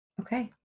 Okay